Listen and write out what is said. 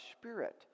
spirit